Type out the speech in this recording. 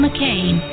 McCain